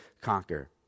conquer